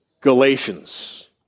Galatians